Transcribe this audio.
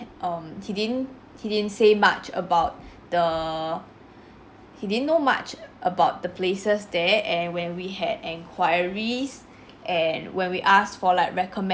um he didn't he didn't say much about the he didn't know much about the places there and when we had enquiries and when we asked for like recommen~